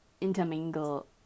intermingle